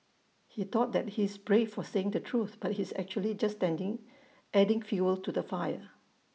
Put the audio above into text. he thought that he's brave for saying the truth but he's actually just standing adding fuel to the fire